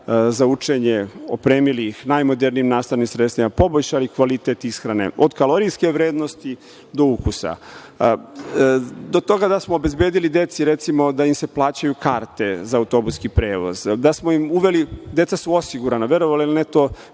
za učenje, opremili ih najmodernijim nastavnim sredstvima, poboljšali kvalitet ishrane, od kalorijske vrednosti, do ukusa. Do toga da smo obezbedili deci, recimo, da im se plaćaju karte za autobuski prevoz. Uveli smo im, deca su osigurana. Verovali ili ne, to